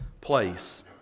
place